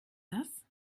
das